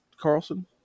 Carlson